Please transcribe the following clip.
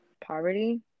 poverty